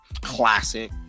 classic